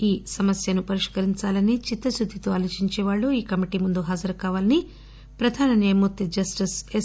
ఈ సమస్యను పరిష్కరించాలని చిత్తశుద్దితో ఆలోచించేవాళ్ళు ఈ కమిటీ ముందు హాజరు కావాలని భారత ప్రధాన న్యాయమూర్తి ఎస్